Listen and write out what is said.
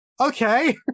Okay